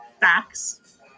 facts